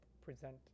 present